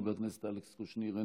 חבר הכנסת אלכס קושניר,